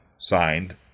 signed